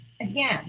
Again